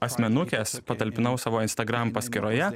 asmenukes patalpinau savo instagram paskyroje